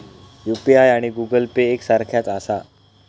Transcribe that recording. UPI आणि Google Pay एक सारख्याच आसा?